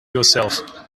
yourself